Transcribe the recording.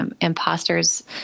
imposters